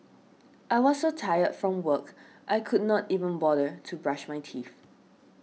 I was so tired from work I could not even bother to brush my teeth